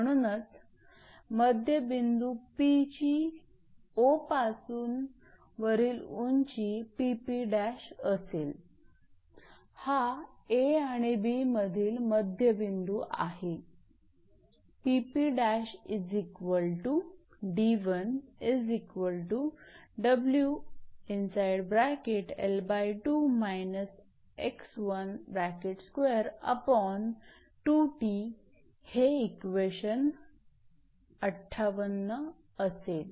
म्हणूनच मध्यबिंदू 𝑃 ची 𝑂 पासून वरील उंची 𝑃𝑃′ असेल हा 𝐴 आणि 𝐵 मधील मध्यबिंदू आहे हे इक्वेशन 58 असेल